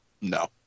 No